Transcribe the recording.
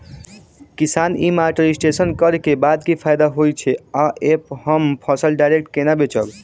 किसान e mart registration करै केँ बाद की फायदा होइ छै आ ऐप हम फसल डायरेक्ट केना बेचब?